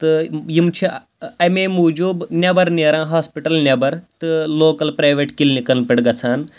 تہٕ یِم چھِ اَمے موٗجوٗب نیٚبَر نیران ہاسپِٹَل نیٚبَر تہٕ لوکَل پرٛایویٹ کِلنِکَن پٮ۪ٹھ گژھان